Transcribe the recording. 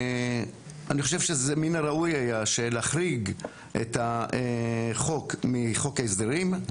אני חושב שמן הראוי היה שלהחריג את החוק מחוק ההסדרים,